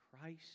Christ